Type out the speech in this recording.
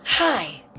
Hi